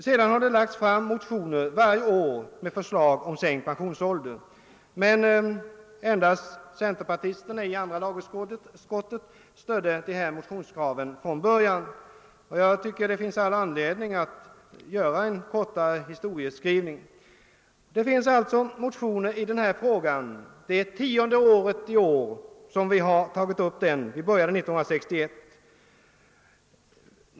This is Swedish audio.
Sedan har det varje år lagts fram motioner med förslag om sänkt pensionsålder. Men endast centerpartisterna i andra lagutskottet stödde från början dessa motionskrav. Jag tycker att en kort historieskrivning är motiverad. Det är i år tionde året vi tar upp denna fråga. Vi började motionera om sänkt pensionsålder 1961.